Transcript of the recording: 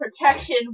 protection